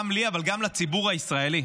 גם לי, אבל גם לציבור הישראלי.